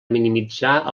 minimitzar